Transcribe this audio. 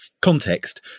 context